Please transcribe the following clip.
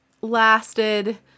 lasted